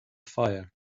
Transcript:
fire